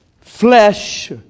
flesh